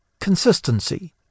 Consistency